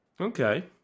Okay